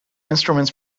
instruments